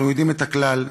אנחנו יודעים את הכלל,